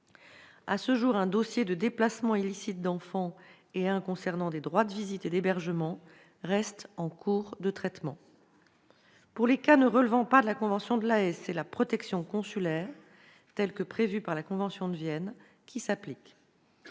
À ce jour, un dossier de déplacement illicite d'enfants et un dossier relatif à des droits de visite et d'hébergement restent en cours de traitement. Pour les cas ne relevant pas de la convention de La Haye, c'est la protection consulaire, telle que prévue par la convention de Vienne, qui s'applique.